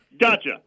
Gotcha